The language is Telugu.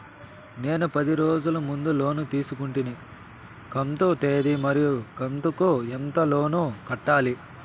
నేను పది రోజుల ముందు లోను తీసుకొంటిని కంతు తేది మరియు కంతు కు ఎంత లోను కట్టాలి?